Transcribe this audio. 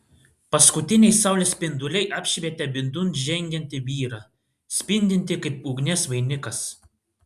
paskutiniai saulės spinduliai apšvietė vidun žengiantį vyrą spindintį kaip ugnies vainikas